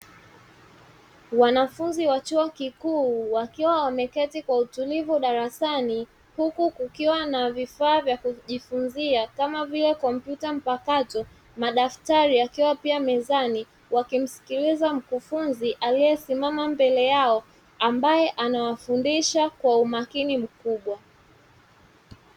Wanafunzi wa chuo kikuu, wakiwa wameketi kwa utulivu darasani, huku kukiwa na vifaa vya kujifunzia kama vile kompyuta mpakato, madaftari yakiwa pia mezani, wakimsikiliza mkufunzi aliyesimama mbele yao, ambaye anawafundisha kwa umakini mkubwa.